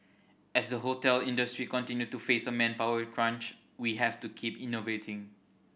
as the hotel industry continue to face a manpower crunch we have to keep innovating